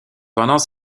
pendant